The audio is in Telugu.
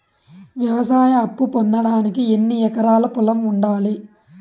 వ్యవసాయ అప్పు పొందడానికి ఎన్ని ఎకరాల పొలం ఉండాలి?